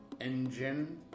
engine